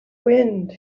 wind